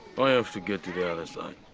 i have to get to the other side.